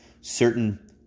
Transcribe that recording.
certain